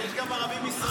אבל יש גם ערבים ישראלים.